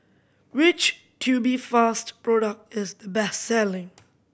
which Tubifast product is the best selling